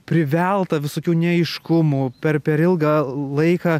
privelta visokių neaiškumų per per ilgą laiką